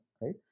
right